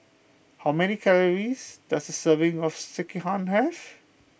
how many calories does a serving of Sekihan have